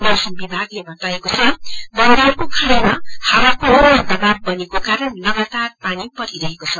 मौसम विभागले बताएको छ बंगालको खाड़ीमा हावाको निम्न दबाव बनिएको कारण लगातार पानी परिरहेको छ